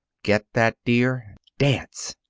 get that, dear? dance!